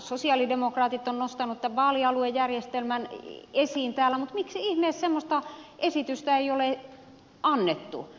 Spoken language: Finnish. sosialidemokraatit ovat nostaneet vaalialuejärjestelmän esiin täällä mutta miksi ihmeessä semmoista esitystä ei ole annettu